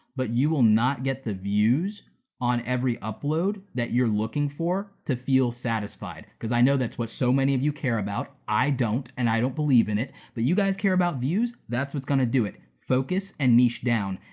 but you will not get the views on every upload that you're looking for to feel satisfied. cause i know that's what so many of you care about. i don't, and i don't believe in it, but you guys care about views, that's what's gonna do it. focus and niche down.